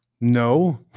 No